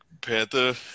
Panther